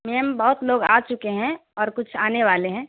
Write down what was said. میم بہت لوگ آ چکے ہیں اور کچھ آنے والے ہیں